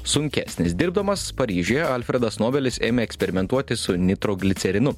sunkesnis dirbdamas paryžiuje alfredas nobelis ėmė eksperimentuoti su nitroglicerinu